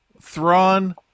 Thrawn